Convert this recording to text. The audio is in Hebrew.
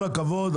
עם כל הכבוד,